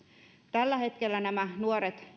tällä hetkellä nämä nuoret